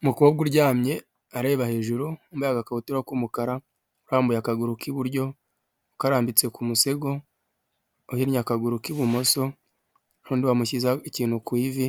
Umukobwa uryamye areba hejuru, wambaye agakabutura k'umukara, urambuye akaguru k'iburyo, ukarambitse ku musego, uhinnye akaguru k'ibumoso, undi amushyiho ikintu ku ivi